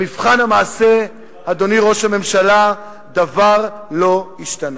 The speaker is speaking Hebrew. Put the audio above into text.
במבחן המעשה, אדוני ראש הממשלה, דבר לא השתנה.